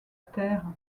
terre